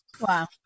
Wow